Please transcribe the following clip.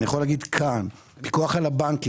אני יכול לומר כאן שהפיקוח על הבנקים,